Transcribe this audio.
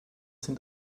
sind